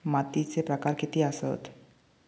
मातीचे प्रकार किती आसत?